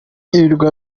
ibirwa